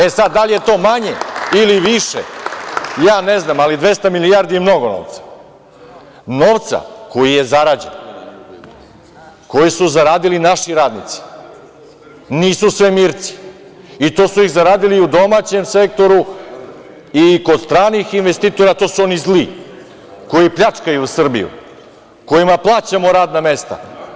E, sad, da li je to manje ili više, ja ne znam, ali 200 milijardi je mnogo novca, novca koji je zarađen, koji su zaradili naši radnici, nisu svemirci, i to su ih zaradili u domaćem sektoru i kod stranih investitora, to su oni zli koji pljačkaju Srbiju, kojima plaćamo radna mesta.